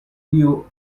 tiu